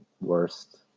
worst